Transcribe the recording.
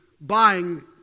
buying